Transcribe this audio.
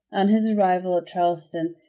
on his arrival at charleston,